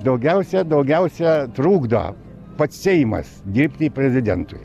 daugiausia daugiausia trukdo pats seimas dirbti prezidentui